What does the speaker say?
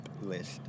list